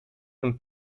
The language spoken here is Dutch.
een